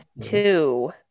two